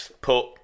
put